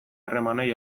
harremanei